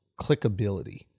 clickability